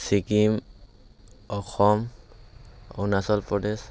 Sikkim Assam Arunachal Pradesh